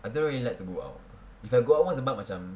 I don't really like to go out if I go out pun sebab macam